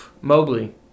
Mobley